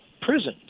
prisons